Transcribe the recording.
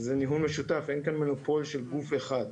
זה ניהול משותף, אין כאן מונופול של גוף אחד.